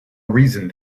reason